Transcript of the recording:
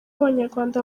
abanyarwanda